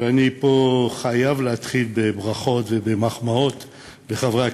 ואני פה חייב להתחיל בברכות ובמחמאות לחברי הכנסת,